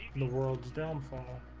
the world's downfall